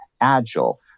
agile